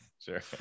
sure